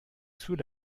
sous